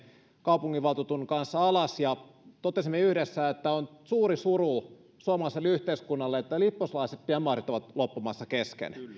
kaupunginvaltuutetun kanssa alas totesimme yhdessä että on suuri suru suomalaiselle yhteiskunnalle että lipposlaiset demarit ovat loppumassa kesken